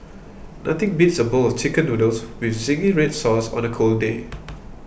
nothing beats a bowl of Chicken Noodles with Zingy Red Sauce on a cold day